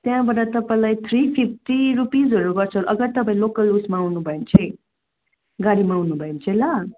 त्यहाँबाट तपाईँलाई three fifty रुपिजहरू गर्छ अगर तपाईँ लोकल उयेसमा आउनुभयो भने चाहिँ गाडीमा आउनुभयो भने चाहिँ ल